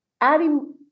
adding